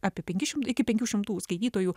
apie penki šim iki penkių šimtų skaitytojų